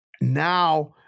now